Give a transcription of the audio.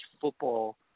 football